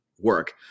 work